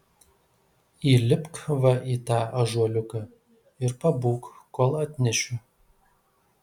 įlipk va į tą ąžuoliuką ir pabūk kol atnešiu